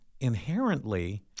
inherently